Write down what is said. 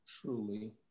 truly